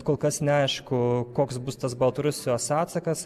kol kas neaišku koks bus tas baltarusijos atsakas